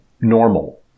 normal